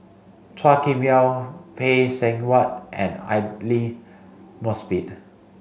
Chua Kim Yeow Phay Seng Whatt and Aidli Mosbit